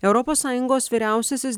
europos sąjungos vyriausiasis